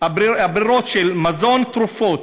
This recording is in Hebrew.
הברירות של מזון, תרופות,